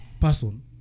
person